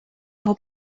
його